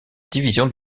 divisions